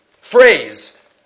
phrase